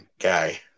guy